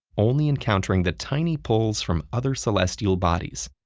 only encountering the tiny pulls from other celestial bodies.